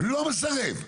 לא מסרב.